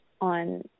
on